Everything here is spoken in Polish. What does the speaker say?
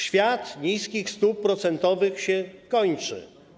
Świat niskich stóp procentowych się kończy.